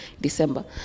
December